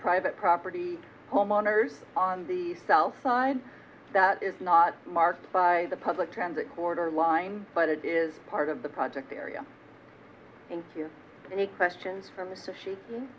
private property homeowner's on the south side that is not marked by the public transit corridor line but it is part of the project area into any questions from the sushi